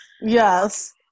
yes